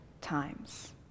times